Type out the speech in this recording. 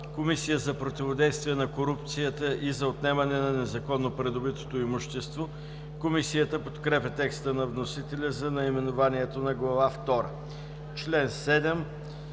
Комисия за противодействие на корупцията и за отнемане на незаконно придобитото имущество“. Комисията подкрепя текста на вносителя за наименованието на Глава втора. Член 7